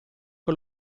che